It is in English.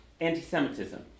anti-Semitism